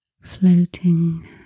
floating